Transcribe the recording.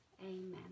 Amen